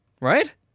right